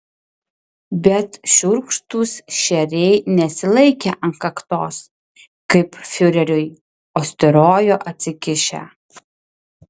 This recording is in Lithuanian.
bet šiurkštūs šeriai nesilaikė ant kaktos kaip fiureriui o styrojo atsikišę